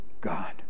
God